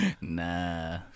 Nah